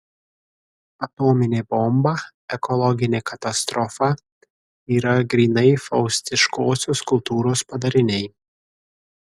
atominė bomba ekologinė katastrofa yra grynai faustiškosios kultūros padariniai